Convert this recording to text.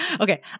Okay